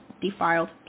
defiled